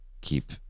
keep